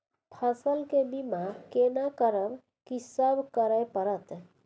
फसल के बीमा केना करब, की सब करय परत?